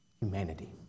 humanity